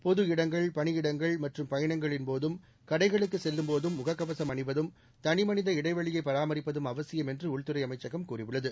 பொதஇடங்கள் பணியிடங்கள் மற்றும் பயணங்களின்போதும் கடைகளுக்குச் செல்லும்போதும் முகக்கவசம் அனிவதும் தனிமனித இடைவெளியைப் பராமரிப்பதும் அவசியம் என்று உள்துறை அமைச்சகம் கூறியுள்ளது